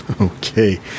okay